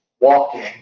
walking